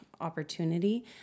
opportunity